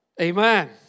amen